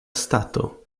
stato